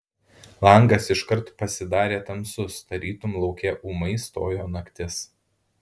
langas iškart pasidarė tamsus tarytum lauke ūmai stojo naktis